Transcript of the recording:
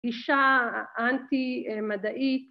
‫אישה אנטי-מדעית.